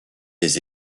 les